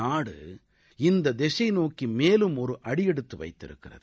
நாடு இந்த திசை நோக்கி மேலும் ஒரு அடியெடுத்து வைத்திருக்கிறது